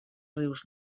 rius